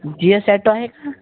जी S auto आहे